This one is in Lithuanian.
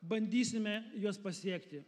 bandysime juos pasiekti